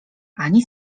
ani